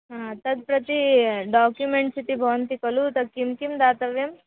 हा तद् प्रति डाक्युमेण्ट्स् इति भवन्ति खलु तत् किं किं दातव्यम्